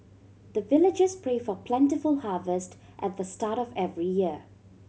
the villagers pray for plentiful harvest at the start of every year